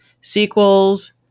sequels